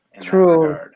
true